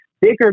bigger